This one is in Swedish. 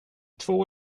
två